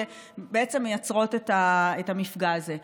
שבעצם מייצרות את המפגע הזה.